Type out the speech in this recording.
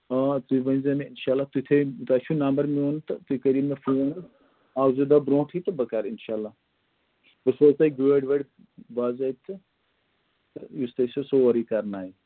آ تُہۍ ؤنۍزیو مےٚ اِنشاء اللہ تُہۍ تھٲیِو تۄہہِ چھُو نمبر میون تہٕ تُہۍ کٔرِو مےٚ فون حظ اَکھ زٕ دۄہ برٛونٛٹھٕے تہٕ بہٕ کَرٕ اِنشاء اللہ بہٕ سوزٕ تۄہہِ گٲڑۍ وٲڑۍ باضٲبطہٕ تہٕ یُس تۄہہِ سُہ سورٕے کَرٕنایہِ